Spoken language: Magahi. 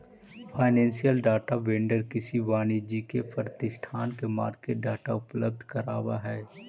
फाइनेंसियल डाटा वेंडर किसी वाणिज्यिक प्रतिष्ठान के मार्केट डाटा उपलब्ध करावऽ हइ